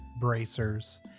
bracers